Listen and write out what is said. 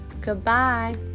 goodbye